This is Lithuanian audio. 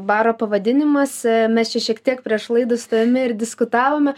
baro pavadinimas mes čia šiek tiek prieš laidą su tavimi ir diskutavome